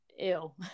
ill